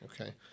Okay